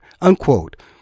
Unquote